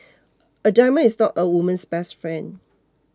a diamond is not a woman's best friend